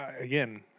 again